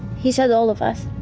he said all of us.